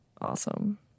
awesome